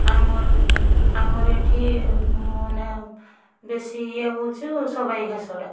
ଆମର ଆମର ଏଠି ମାନେ ବେଶୀ ଇଏ ହେଉଛୁ ସବାଇ ଘାସଟା